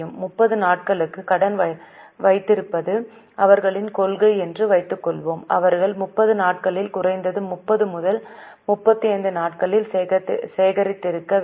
30 நாட்களுக்கு கடன் வைத்திருப்பது அவர்களின் கொள்கை என்று வைத்துக் கொள்வோம் அவர்கள் 30 நாட்களில் குறைந்தது 30 முதல் 35 நாட்களில் சேகரித்திருக்க வேண்டும்